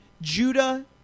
Judah